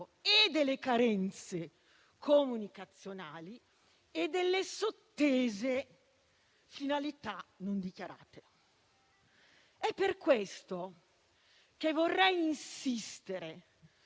delle carenze comunicazionali e delle sottese finalità non dichiarate. È per questo che vorrei insistere